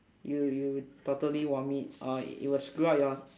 you you totally vomit or it will screw up your